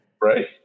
Right